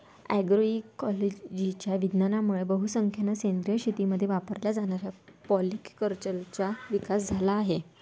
अग्रोइकोलॉजीच्या विज्ञानामुळे बहुसंख्येने सेंद्रिय शेतीमध्ये वापरल्या जाणाऱ्या पॉलीकल्चरचा विकास झाला आहे